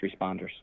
responders